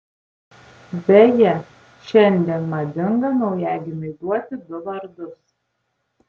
beje šiandien madinga naujagimiui duoti du vardus